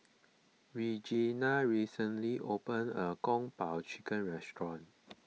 Reginal recently opened a new Kung Po Chicken restaurant